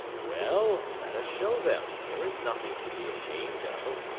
well, let us show them there is nothing to be ashamed of.